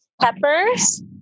peppers